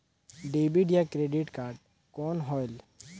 Debit या credit card कौन होएल?